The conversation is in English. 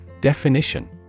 Definition